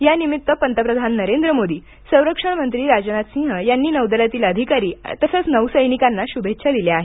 या निमित्त पंतप्रधान नरेंद्र मोदी संरक्षण मंत्री राजनाथ सिंह यांनी नौदलातील अधिकारी तसच नौसैनिकांना शुभेच्छा दिल्या आहेत